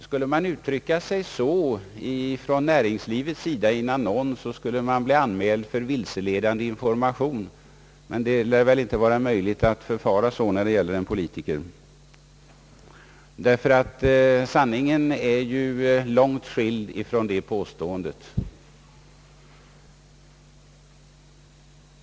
Skulle man uttrycka sig så från näringslivets sida i en annons, skulle man bli anmäld för vilseledande information, men det lär väl inte vara möjligt att förfara så när det gäller en politiker. Sanningen är nämligen långt skild från finansministerns påstående.